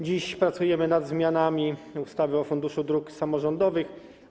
Dziś pracujemy nad zmianami w ustawie o Funduszu Dróg Samorządowych.